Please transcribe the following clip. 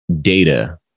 data